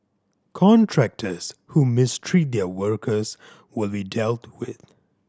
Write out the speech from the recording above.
contractors who mistreat their workers will be dealt with